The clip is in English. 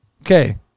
Okay